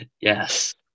Yes